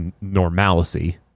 normalcy